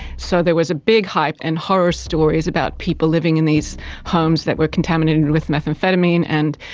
so there was a big hype and horror stories about people living in these homes that were contaminated with methamphetamine and